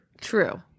True